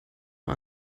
mal